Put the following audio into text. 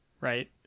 right